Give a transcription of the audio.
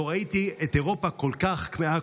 לא ראיתי את אירופה כל כך כמהה,